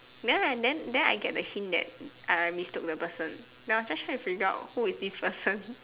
then I then then I get the hint that I mistook the person now I was just try to figure out who is this person